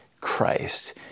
Christ